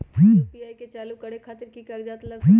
UPI के चालु करे खातीर कि की कागज़ात लग सकेला?